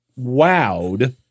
wowed